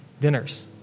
dinners